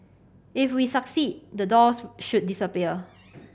if we succeed the doors should disappear